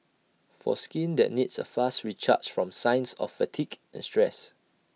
for skin that needs A fast recharge from signs of fatigue and stress